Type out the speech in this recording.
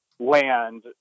Land